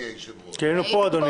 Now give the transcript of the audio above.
כי אנחנו פה, כן.